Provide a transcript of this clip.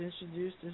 introduced